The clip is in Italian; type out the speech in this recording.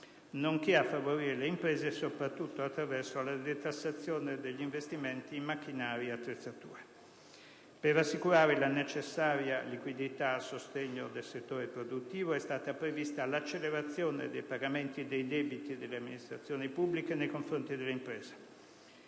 nonché a favorire le imprese, soprattutto attraverso la detassazione degli investimenti in macchinari ed attrezzature. Per assicurare la necessaria liquidità al sostegno del settore produttivo, è stata prevista l'accelerazione dei pagamenti dei debiti delle amministrazioni pubbliche nei confronti delle imprese;